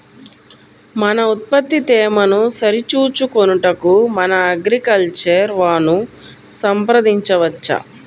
మన ఉత్పత్తి తేమను సరిచూచుకొనుటకు మన అగ్రికల్చర్ వా ను సంప్రదించవచ్చా?